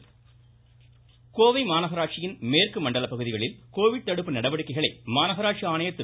இருவரி கோவை மாநகராட்சியின் மேற்கு மண்டல பகுதிகளில் கோவிட் தடுப்பு நடவடிக்கைகளை மாநகராட்சி ஆணையர் திரு